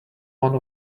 one